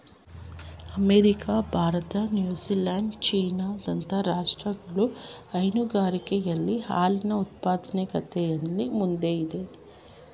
America, Bharat, New Zealand, China ದಂತ ರಾಷ್ಟ್ರಗಳು ಹೈನುಗಾರಿಕೆಯಲ್ಲಿ ಹಾಲಿನ ಉತ್ಪಾದಕತೆಯಲ್ಲಿ ಮುಂದಿದೆ